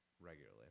regularly